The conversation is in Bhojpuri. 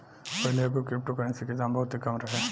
पाहिले एगो क्रिप्टो करेंसी के दाम बहुते कम रहे